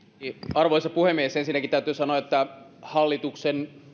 arvoisa puhemies ensinnäkin täytyy sanoa että hallituksen